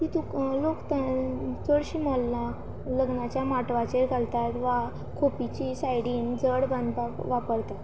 ती लोक चडशीं मल्लां लग्नाच्या माटवाचेर घालतात वा खोपीचे सायडीन जड बांदपाक वापरतात